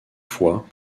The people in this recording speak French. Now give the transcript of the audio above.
fois